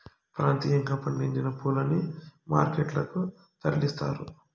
ప్రాంతీయంగా పండించిన పూలని మార్కెట్ లకు తరలిస్తారు